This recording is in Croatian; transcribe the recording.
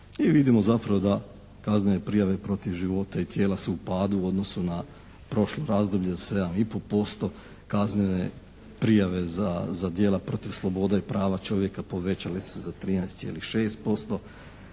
vidimo zapravo da kaznene prijave protiv života i tijela su u padu u odnosu na prošlo razdoblje za 7,5%, kaznene prijave za djela protiv slobode i prava čovjeka povećale se za 13,6%,